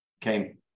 came